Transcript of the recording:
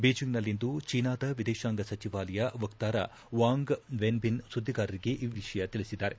ಬೀಜಿಂಗ್ನಲ್ಲಿಂದು ಚೀನಾದ ವಿದೇಶಾಂಗ ಸಚಿವಾಲಯ ವಕ್ತಾರ ವಾಂಗ್ ವೆನ್ಬಿನ್ ಸುದ್ದಿಗಾರರಿಗೆ ಈ ವಿಷಯ ತಿಳಿಸಿದ್ದಾರೆ